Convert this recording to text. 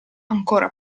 ancora